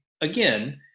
again